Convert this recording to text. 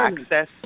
access